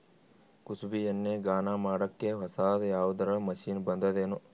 ಕುಸುಬಿ ಎಣ್ಣೆ ಗಾಣಾ ಮಾಡಕ್ಕೆ ಹೊಸಾದ ಯಾವುದರ ಮಷಿನ್ ಬಂದದೆನು?